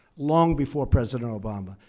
long before president obama,